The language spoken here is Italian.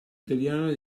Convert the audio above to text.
italiana